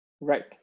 Right